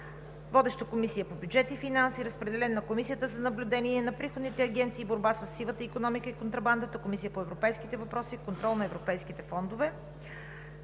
Водеща е Комисията по бюджет и финанси. Разпределен е на Комисията за наблюдение на приходните агенции, борба със сивата икономика и контрабандата, Комисията по европейските въпросите и контрол на европейските фондове.